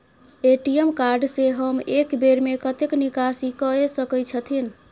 ATM card से हम एक बेर में कतेक निकासी कय सके छथिन?